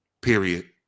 Period